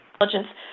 intelligence